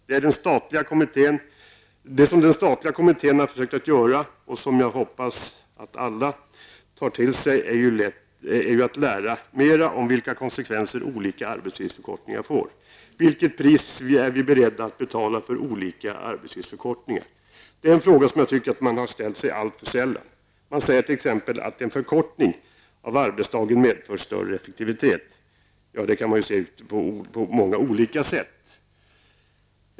Det som den statliga kommittén har försökt att göra och som jag hoppas att alla tar till sig är att lära mera om vilka konsekvenser olika arbetstidsförkortningar får. Vilket pris är vi beredda att betala för olika arbetstidsförkortningar? Det är en fråga som jag tycker att man har ställt sig alltför sällan. Man säger t.ex. att en förkortning av arbetsdagen medför större effektivitet. Ja, det kan ju se så ut på många olika sätt.